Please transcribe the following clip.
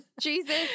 Jesus